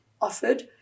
offered